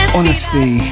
Honesty